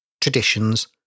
traditions